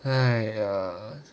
!aiya!